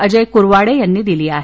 अजय कुरवाडे यांनी दिली आहे